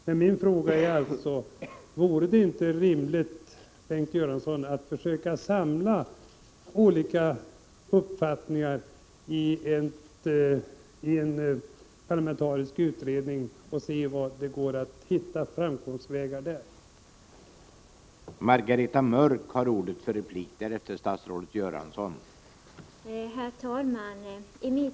Men min fråga är alltså: Vore det inte rimligt, Bengt Göransson, att försöka samla företrädare för olika uppfattningar i en parlamentarisk utredning och se efter vilka framkomstvägar som går att hitta?